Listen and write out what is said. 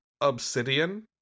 obsidian